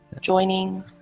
joining